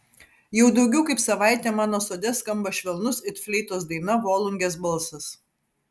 jau daugiau kaip savaitė mano sode skamba švelnus it fleitos daina volungės balsas